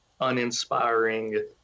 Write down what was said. uninspiring